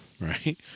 right